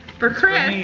for chris.